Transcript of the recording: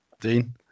Dean